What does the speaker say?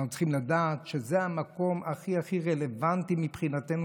אנחנו צריכים לדעת שזה המקום הכי הכי רלוונטי מבחינתנו,